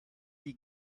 die